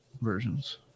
versions